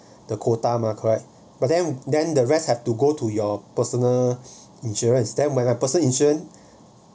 the quota mah correct but then then the rest have to go to your personal insurance then when I person insurance